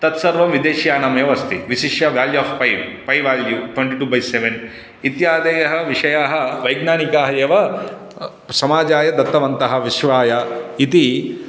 तत् सर्वं विदेशीयानाम् एव अस्ति विशिष्य value of pi pi value twenty two by seven इत्यादयः विषयाः वैज्ञानिकाः एव समाजाय दत्तवन्तः विश्वाय इति